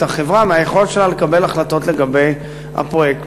החברה מהיכולת שלה לקבל החלטות לגבי הפרויקט.